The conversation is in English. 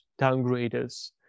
downgraders